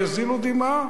יזילו דמעה.